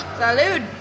Salud